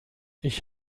ich